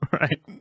right